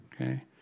Okay